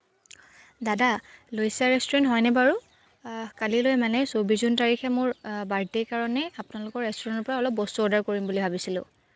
দাদা লৈছা ৰেষ্টোৰেণ্ট হয়নে বাৰু কালিলৈ মানে চৌব্বিছ জুন তাৰিখে মোৰ বাৰ্দডে কাৰণে আপোনালোকৰ ৰেষ্টোৰেণ্টৰ পৰা অলপ বস্তু অৰ্ডাৰ কৰিম বুলি ভাৱিছিলোঁ